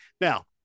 Now